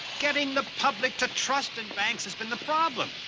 getting the public to trust in banks has been the problem.